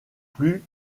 plus